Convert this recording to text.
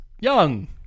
young